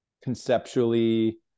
conceptually